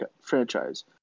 franchise